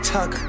Tuck